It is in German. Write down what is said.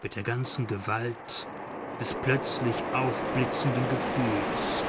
mit der ganzen gewalt des plötzlich aufblitzenden gefühls